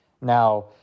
now